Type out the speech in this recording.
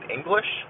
English